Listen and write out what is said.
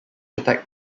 attack